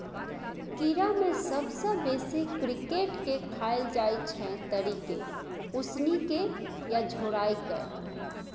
कीड़ा मे सबसँ बेसी क्रिकेट केँ खाएल जाइ छै तरिकेँ, उसनि केँ या झोराए कय